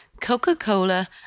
Coca-Cola